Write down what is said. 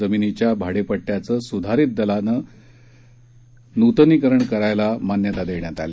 जमिनीच्या भाडेपट्टयाचं सुधारित दरानं नुतनीकरण करायला मान्यता देण्यात आली